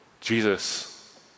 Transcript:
Jesus